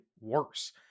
worse